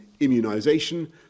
Immunisation